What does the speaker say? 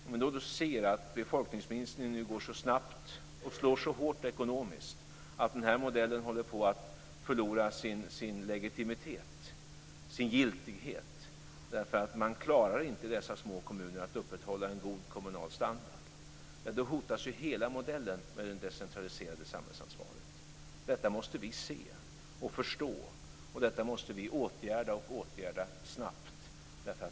Om vi då ser att befolkningsminskningen går snabbt och slår så hårt ekonomiskt att den här modellen håller på att förlora sin legitimitet och sin giltighet, därför att man i dessa små kommuner inte klarar att upprätthålla en god kommunal standard, hotas ju hela modellen med det decentraliserade samhällsansvaret. Detta måste vi se och förstå, och detta måste vi åtgärda och åtgärda snabbt.